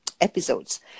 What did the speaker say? episodes